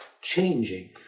changing